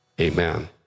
Amen